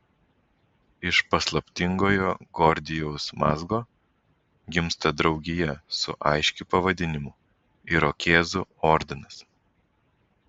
iš paslaptingojo gordijaus mazgo gimsta draugija su aiškiu pavadinimu irokėzų ordinas